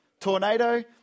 tornado